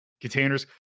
containers